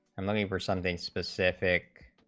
um looking for something specific